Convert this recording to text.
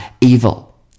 evil